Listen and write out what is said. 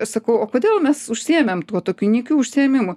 sakau o kodėl mes užsiėmėm tuo tokiu nykiu užsiėmimu